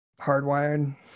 hardwired